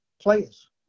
players